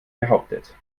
behauptet